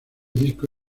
disco